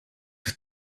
have